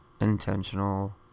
intentional